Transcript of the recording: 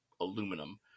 aluminum